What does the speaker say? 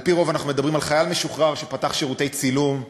על-פי רוב אנחנו מדברים על חייל משוחרר שפתח שירותי צילום,